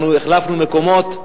החלפנו מקומות,